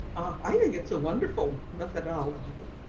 i didn't get to a wonderful methodology.